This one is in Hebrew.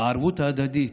הערבות ההדדית.